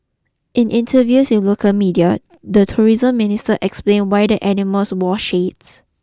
in interviews with local media the tourism minister explained why the animals wore shades